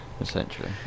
Essentially